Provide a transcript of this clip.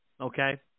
Okay